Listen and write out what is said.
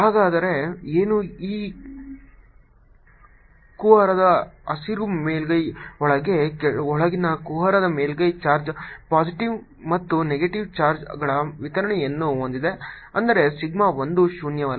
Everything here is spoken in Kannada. ಹಾಗಾದರೆ ಏನು ಈ ಕುಹರದ ಹಸಿರು ಮೇಲ್ಮೈ ಒಳಗೆ ಒಳಗಿನ ಕುಹರದ ಮೇಲ್ಮೈ ಚಾರ್ಜ್ ಪಾಸಿಟಿವ್ ಮತ್ತು ನೆಗೆಟಿವ್ ಚಾರ್ಜ್ಗಳ ವಿತರಣೆಯನ್ನು ಹೊಂದಿದೆ ಅಂದರೆ ಸಿಗ್ಮಾ 1 ಶೂನ್ಯವಲ್ಲ